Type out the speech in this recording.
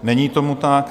Není tomu tak.